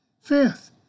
Fifth